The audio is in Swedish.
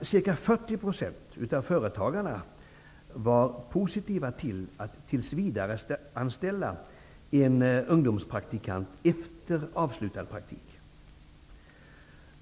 Enligt den var ca 40 % av företagarna positiva till att tillsvidareanställa en ungdomspraktikant efter avslutad praktik.